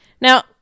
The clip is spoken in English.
now